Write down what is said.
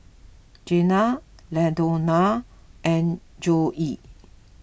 Janay Ladonna and Joye